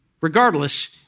Regardless